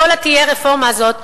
כל ה"תהיה רפורמה" הזאת,